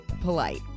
polite